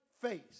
face